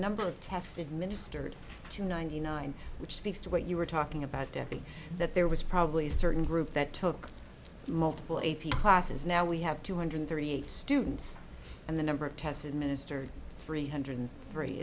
number of tested ministered to ninety nine which speaks to what you were talking about debbie that there was probably a certain group that took multiple a p classes now we have two hundred thirty eight students and the number of test administered three hundred three